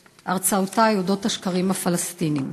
הרצאותי על אודות השקרים הפלסטיניים.